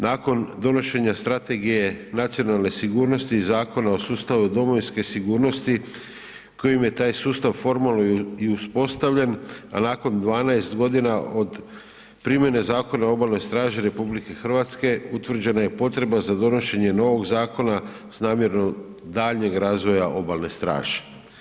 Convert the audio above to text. Nakon donošenja Strategije nacionalne sigurnosti Zakona o sustavu domovinske sigurnosti kojim je taj sustav formalno i uspostavljen, a nakon 12 godina od primjene Zakona o obalnoj straži RH utvrđena je potreba za donošenje novog zakona s namjerom daljnjeg razvoja obalne straže.